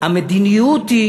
המדיניות היא